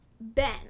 Ben